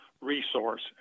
resource